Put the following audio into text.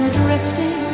drifting